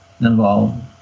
involved